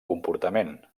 comportament